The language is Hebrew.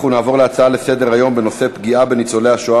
נוסיף את חבר הכנסת גטאס.